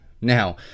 Now